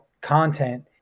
content